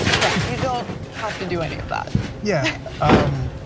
yeah you don't have to do any of that. yeah um